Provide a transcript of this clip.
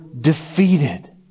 defeated